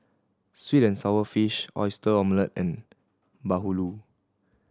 sweet and sour fish Oyster Omelette and bahulu